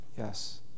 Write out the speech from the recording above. Yes